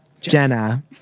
Jenna